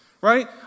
Right